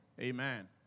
Amen